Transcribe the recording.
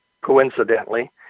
coincidentally